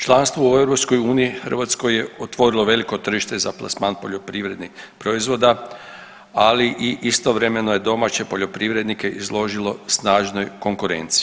Članstvo u EU Hrvatskoj je otvorilo veliko tržište za plasman poljoprivrednih proizvoda, ali i istovremeno je domaće poljoprivrednike izložilo snažnoj konkurenciji.